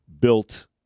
built